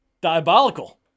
diabolical